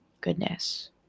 goodness